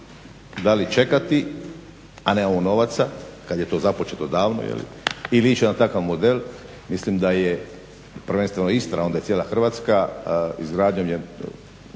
da li čekati, a nemamo novaca kad je započeto davno ili ići na takav model. Mislim da je prvenstveno Istra, a onda i cijela Hrvatska izgradnjom